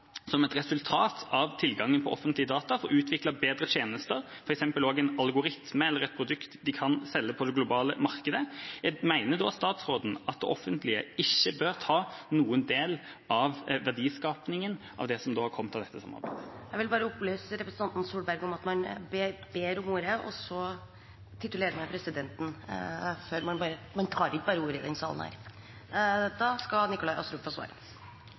som et resultat av tilgangen på offentlige data får utviklet bedre tjenester, f.eks. en algoritme eller et produkt som de kan selge på det globale markedet. Mener da statsråden at det offentlige ikke bør ta noen del av verdiskapingen som har kommet av dette samarbeidet? Representanten stiller mange spørsmål, men kommer ikke med noen svar. Det er verdt å merke seg. Jeg er opptatt av at vi må legge til rette for verdiskaping og